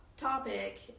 topic